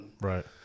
Right